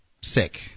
sick